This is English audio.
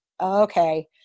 okay